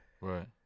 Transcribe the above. Right